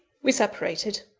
we separated.